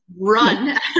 run